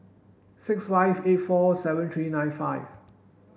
six five eight four seven three nine five